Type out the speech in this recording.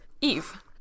Eve